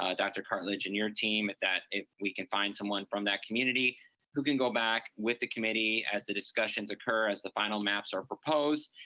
ah dr. cartlidge and your team, if we can find someone from that community who can go back with the committee as the discussions occur, as the final maps are proposed.